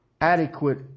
Adequate